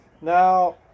now